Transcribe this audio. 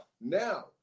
Now